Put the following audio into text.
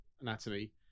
Anatomy